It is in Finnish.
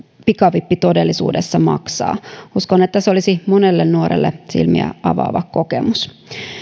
pikavippi todellisuudessa maksaa uskon että se olisi monelle nuorelle silmiä avaava kokemus